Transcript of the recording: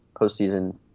postseason